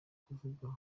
kuvuga